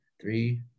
three